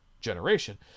generation